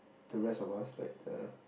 to the rest of us like the